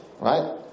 Right